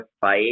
fight